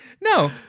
no